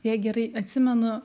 jei gerai atsimenu